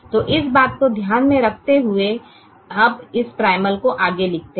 तो इस बात को ध्यान में रखते हुए अब इस प्राइमल को आगे लिखते हैं